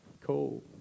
cool